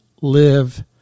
live